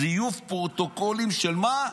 זיוף פרוטוקולים של מה?